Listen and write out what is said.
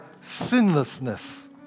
sinlessness